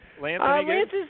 Lance